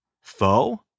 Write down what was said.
foe